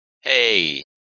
Hey